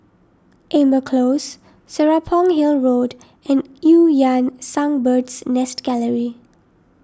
Amber Close Serapong Hill Road and Eu Yan Sang Bird's Nest Gallery